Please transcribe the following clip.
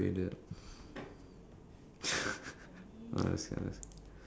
so do you want this to be like a back and forth thing or just a one way thing